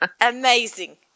amazing